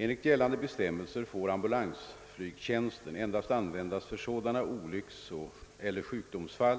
Enligt gällande bestämmelser får ambulansflygtjänsten endast användas för sådana olyckseller sjukdomsfall,